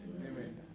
Amen